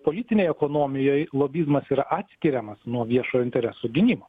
politinėj ekonomijoj lobizmas yra atskiriamas nuo viešojo intereso gynimo